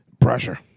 pressure